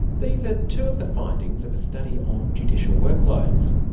these are two of the findings of a study on judicial workloads.